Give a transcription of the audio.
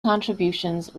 contributions